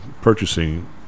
purchasing